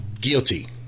Guilty